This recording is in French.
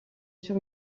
sur